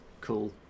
cool